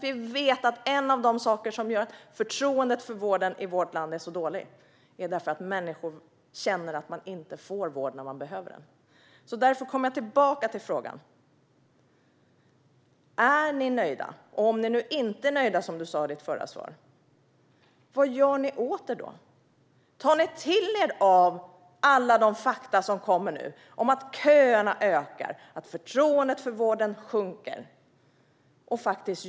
Vi vet att en av de saker som gör att förtroendet för vården i vårt land är lågt är att människor känner att de inte får vård när de behöver den. Därför kommer jag tillbaka till frågan: Är ni nöjda? Och om ni inte är nöjda, som du sa i ditt förra svar, vad gör ni då åt det? Tar ni till er av alla de fakta som läggs fram om att köerna ökar och att förtroendet för vården sjunker?